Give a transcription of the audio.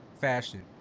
fashion